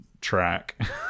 track